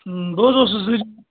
بہٕ حظ اوسُس